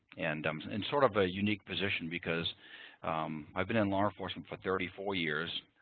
and i'm so in sort of a unique position, because i've been in law enforcement for thirty four years.